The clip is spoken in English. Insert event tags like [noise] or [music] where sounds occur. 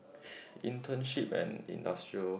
[breath] internship and industrial